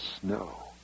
snow